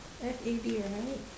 F A D right